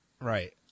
Right